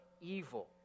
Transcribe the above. evil